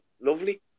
lovely